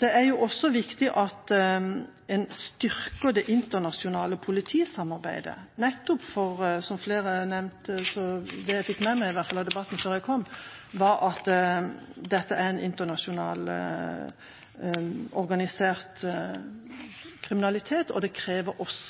Det er også viktig at en styrker det internasjonale politisamarbeidet, nettopp fordi – som flere nevnte, i hvert fall det jeg fikk med meg av debatten etter at jeg kom – dette er internasjonalt organisert kriminalitet, og det kreves